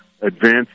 advanced